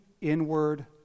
inward